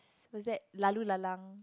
what's that laloo-lalang